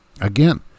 Again